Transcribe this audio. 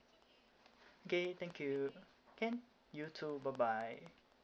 okay thank you can you too bye bye